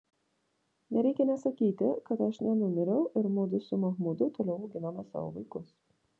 nereikia nė sakyti kad aš nenumiriau ir mudu su machmudu toliau auginome savo vaikus